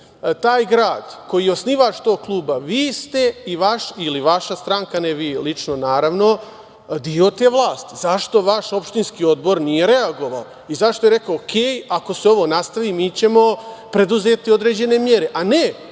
taj grad koji je osnivač tog kluba, vi ste i vaš ili vaša stranka, ne vi lično, naravno, deo te vlasti. Zašto vaš opštinski odbor nije reagova i zašto je rekao OK, ako se ovo nastavi mi ćemo preduzeti određene mere, a ne,